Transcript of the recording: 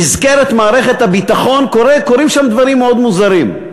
נזכרת מערכת הביטחון, קורים שם דברים מאוד מוזרים.